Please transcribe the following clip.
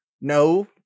no